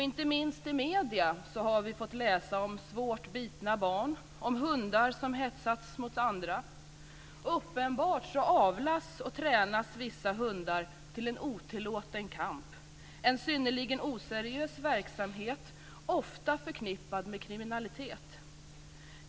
Inte minst i medierna har vi fått läsa om svårt bitna barn och om hundar som hetsats mot andra hundar. Uppenbart avlas och tränas vissa hundar till en otillåten kamp, en synnerligen oseriös verksamhet, ofta förknippad med kriminalitet.